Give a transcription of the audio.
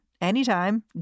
anytime